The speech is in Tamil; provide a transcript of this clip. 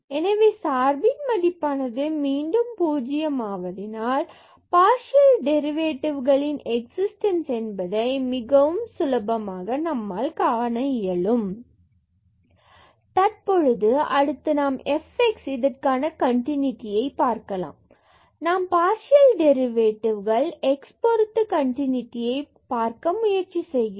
எனவே சார்பின் மதிப்பானது மீண்டும் பூஜ்ஜியம் ஆகிறது மற்றும் பார்சியல் டெரிவேட்டிவ்களின் எக்ஸிஸ்டன்ஸ் என்பதை மிகவும் சுலபமாக நம்மால் பார்க்க இயலும் fxxy 2y3x3cos 1x2 x≠0 0x0 தற்பொழுது மற்றும் அடுத்து நாம் fx இதற்கான கன்டினுடியை பார்க்கலாம் நாம் பார்சியல் டெரிவேட்டிவ்கள் x பொருத்து கன்டினுடியை பார்க்க முயற்சி செய்கின்றோம்